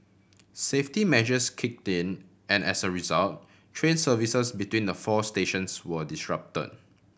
safety measures kicked in and as a result train services between the four stations were disrupt